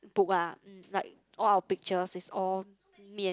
book ah like all our pictures is all me and